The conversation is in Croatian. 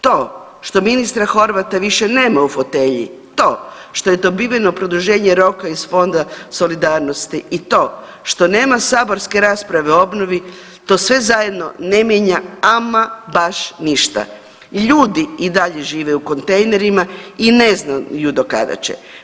To što ministra Horvata više nema u fotelji, to što je dobiveno produženje roka iz Fonda solidarnosti i to što nema saborske rasprave o obnovi, to sve zajedno ne mijenja ama baš ništa, ljudi i dalje žive u kontejnerima i ne znaju do kada će.